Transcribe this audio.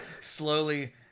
slowly